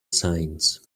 signs